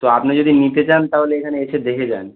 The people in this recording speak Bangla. তো আপনি যদি নিতে চান তাহলে এখানে এসে দেখে যান